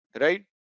right